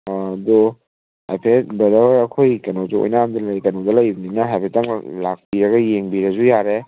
ꯑꯗꯣ ꯍꯥꯏꯐꯦꯠ ꯕ꯭ꯔꯗꯔ ꯍꯣꯏ ꯑꯩꯈꯣꯏ ꯀꯩꯅꯣꯁꯦ ꯑꯣꯏꯅꯥꯝꯗ ꯀꯩꯅꯣꯗ ꯂꯩꯕꯅꯤꯅ ꯍꯥꯏꯐꯦꯠꯇꯪ ꯂꯥꯛꯄꯤꯔꯒ ꯌꯦꯡꯕꯤꯔꯁꯨ ꯌꯥꯔꯦ